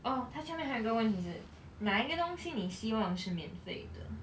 oh 他下面还有一个问题是哪一个东西你希望是免费的